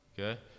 Okay